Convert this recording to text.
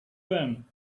them